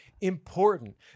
Important